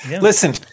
listen